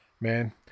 man